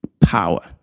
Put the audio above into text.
power